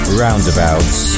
roundabouts